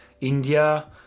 India